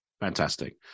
Fantastic